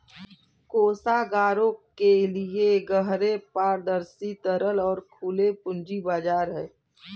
कोषागारों के लिए गहरे, पारदर्शी, तरल और खुले पूंजी बाजार हैं